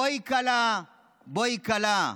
בואי כלה בואי כלה.